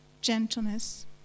gentleness